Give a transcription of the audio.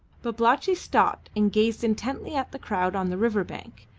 babalatchi stopped and gazed intently at the crowd on the river bank,